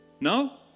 No